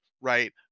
right